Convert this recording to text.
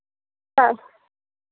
तऽ